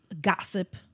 gossip